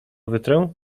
wytrę